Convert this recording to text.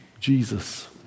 Jesus